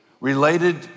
related